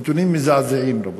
נתונים מזעזעים, רבותי.